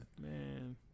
Man